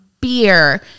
beer